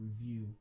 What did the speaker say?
review